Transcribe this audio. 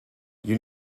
you